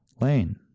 Lane